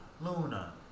Luna